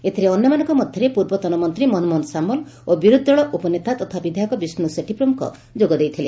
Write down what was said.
ଏଥିରେ ଅନ୍ୟମାନଙ୍ଙ ମଧ୍ଘରେ ପୂର୍ବତନ ମନ୍ତୀ ମନମୋହନ ସାମଲ ଓ ବିରୋଧୀ ଦଳ ଉପନେତା ତଥା ବିଧାୟକ ବିଷ୍ଡ ସେଠି ପ୍ରମୁଖ ଯୋଗଦେଇଥିଲେ